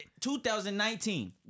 2019